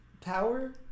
power